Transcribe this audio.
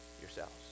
yourselves